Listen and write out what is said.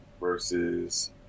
versus